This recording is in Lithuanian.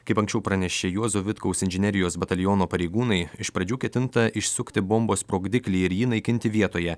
kaip anksčiau pranešė juozo vitkaus inžinerijos bataliono pareigūnai iš pradžių ketinta išsukti bombos sprogdiklį ir jį naikinti vietoje